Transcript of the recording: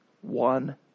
one